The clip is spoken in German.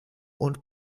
und